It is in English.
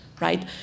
right